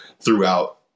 throughout